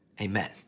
amen